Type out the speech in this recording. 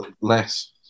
Less